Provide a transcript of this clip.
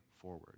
forward